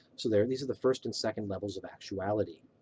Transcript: so there, these are the first and second levels of actuality.